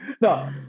No